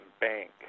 bank